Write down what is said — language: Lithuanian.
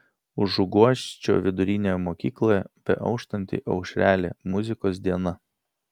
užuguosčio vidurinėje mokykloje beauštanti aušrelė muzikos diena